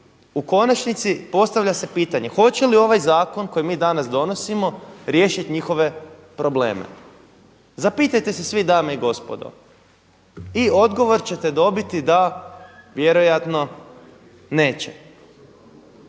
u konačnici postavlja se pitanje, hoće li ovaj zakon koji mi danas donosimo riješiti njihove probleme? Zapitajte se svi dame i gospodo i odgovor ćete dobiti da vjerojatno neće.